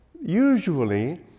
usually